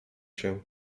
się